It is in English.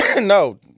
No